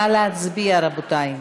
נא להצביע, רבותי.